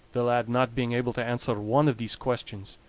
the lad not being able to answer one of these questions,